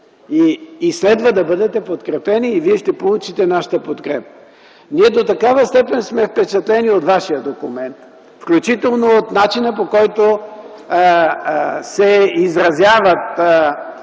Следва да бъдете подкрепен и Вие ще получите нашата подкрепа. Ние сме до такава степен впечатлени от Вашия документ, включително от начина, по който се изразяват